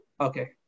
Okay